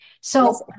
So-